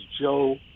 Joe